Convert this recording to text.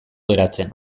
geratzen